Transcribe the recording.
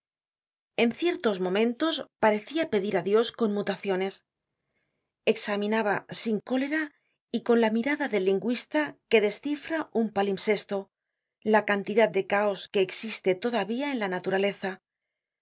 en ciertos momentos parecia pedir á dios conmutaciones examinaba sin cólera y con la mirada del lingüista que descifra un palimpsesto la cantidad de caos que existe todavía en la naturaleza en